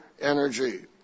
energy